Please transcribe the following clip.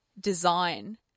design